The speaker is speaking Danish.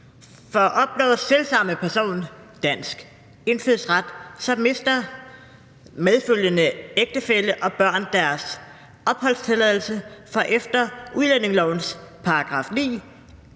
Opnår selv samme person dansk indfødsret, mister medfølgende ægtefælle og børn deres opholdstilladelse, for efter udlændingelovens § 9